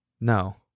No